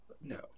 no